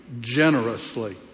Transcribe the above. generously